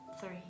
three